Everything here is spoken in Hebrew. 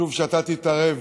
חשוב שאתה תתערב.